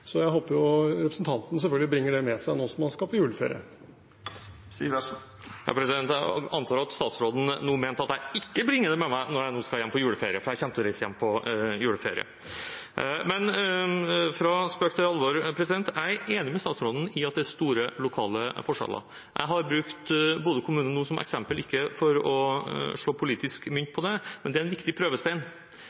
Jeg håper selvfølgelig representanten bringer det med seg nå som han skal på juleferie. Jeg antar at statsråden nå mente at jeg ikke skulle bringe med meg smitte når jeg nå skal hjem på juleferie, for jeg kommer til å reise hjem på juleferie. Fra spøk til alvor – jeg er enig med statsråden i at det er store lokale forskjeller. Jeg har brukt Bodø kommune som eksempel nå, ikke for å slå politisk mynt på det, men fordi det er en viktig prøvestein.